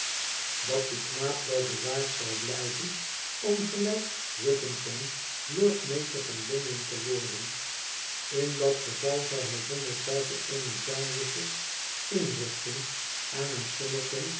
dat die knaap wel bewaard zou blijven om gelijk whittington lord mayor van l o n d e n te worden in dat geyal zou hij zonder twijfel eene jarndyce's inrichting en